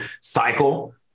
cycle